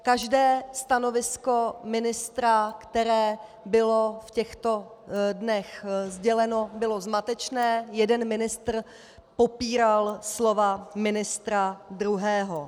Každé stanovisko ministra, které bylo v těchto dnech sděleno, bylo zmatečné, jeden ministr popíral slova ministra druhého.